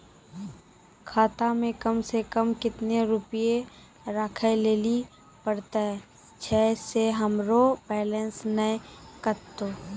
खाता मे कम सें कम कत्ते रुपैया राखै लेली परतै, छै सें हमरो बैलेंस नैन कतो?